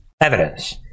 evidence